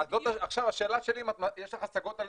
השאלה שלי אם יש לך השגות,